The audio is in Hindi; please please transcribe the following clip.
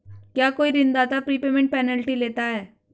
क्या कोई ऋणदाता प्रीपेमेंट पेनल्टी लेता है?